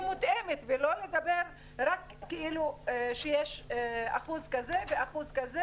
מותאמת ולא לדבר רק כאילו יש אחוז כזה ואחוז כזה